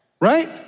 right